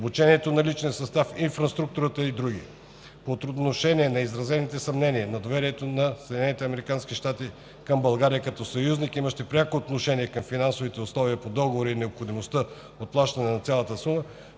обучението на личния състав, инфраструктурата и др. По отношение на изразени съмнения за доверието на САЩ към България като съюзник, имащи пряко отношение към финансовите условия по Договора и необходимостта от плащане на цялата сума,